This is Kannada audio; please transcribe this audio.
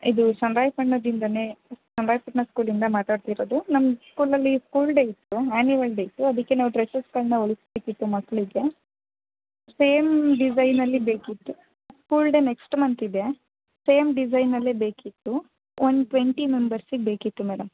ಇದು ಚನ್ರಾಯಪಟ್ಟಣದಿಂದಾನೇ ಚನ್ರಾಯಪಟ್ಟಣ ಸ್ಕೂಲಿಂದ ಮಾತಾಡ್ತಾ ಇರೋದು ನಮ್ಮ ಸ್ಕೂಲಲ್ಲಿ ಸ್ಕೂಲ್ ಡೇ ಇತ್ತು ಆ್ಯನುವಲ್ ಡೇ ಇತ್ತು ಅದಕ್ಕೆ ನಾವು ಡ್ರೆಸ್ಸೆಸ್ಗಳನ್ನ ಹೊಲ್ಸ್ಬೇಕಿತ್ತು ಮಕ್ಕಳಿಗೆ ಸೇಮ್ ಡಿಸೈನ್ನಲ್ಲಿ ಬೇಕಿತ್ತು ಸ್ಕೂಲ್ ಡೇ ನೆಕ್ಸ್ಟ್ ಮಂತ್ ಇದೆ ಸೇಮ್ ಡಿಸೈನ್ನಲ್ಲೆ ಬೇಕಿತ್ತು ಒಂದು ಟ್ವೆಂಟಿ ಮೆಂಬರ್ಸಿಗೆ ಬೇಕಿತ್ತು ಮೇಡಮ್